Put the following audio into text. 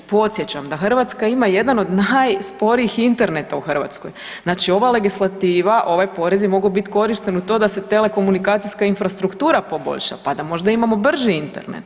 Podsjećam da Hrvatska ima jedan od najsporijih interneta u Hrvatskoj, znači ova legislativa, ovaj porez je mogao biti korišten u to da se telekomunikacijska infrastruktura poboljša pa da možda imamo brži Internet.